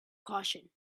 caution